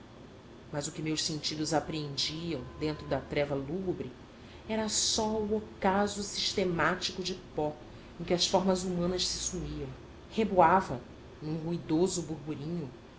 mas o que meus sentidos apreendiam dentro da treva lúgubre era só o ocaso sistemático de pó em que as formas humanas se sumiam reboava num ruidoso borborinho